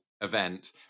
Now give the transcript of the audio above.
event